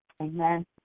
Amen